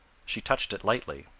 she touched it lightly.